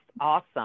awesome